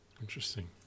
Interesting